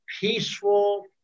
peaceful